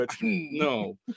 no